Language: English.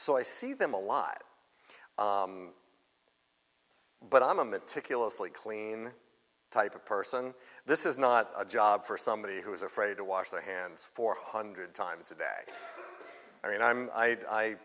so i see them alive but i'm a meticulously clean type of person this is not a job for somebody who is afraid to wash their hands four hundred times a day i mean i'm i